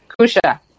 Kusha